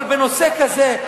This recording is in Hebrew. אבל בנושא כזה,